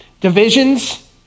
divisions